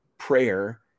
Prayer